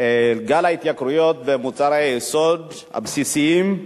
גל ההתייקרויות במוצרי היסוד הבסיסיים,